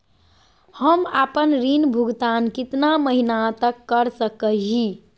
हम आपन ऋण भुगतान कितना महीना तक कर सक ही?